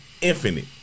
Infinite